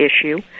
issue